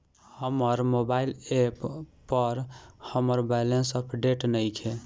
हमर mobile app पर हमर बैलेंस अपडेट नइखे